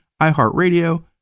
iHeartRadio